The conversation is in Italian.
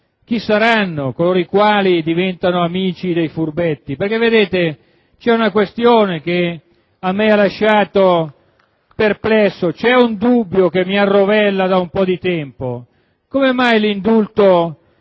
Chi saranno coloro i quali diventeranno amici dei furbetti? *(Applausi dal Gruppo* *AN).* Vedete, c'è una questione che a me ha lasciato perplesso. C'è un dubbio che mi arrovella da un po' di tempo: come mai l'indulto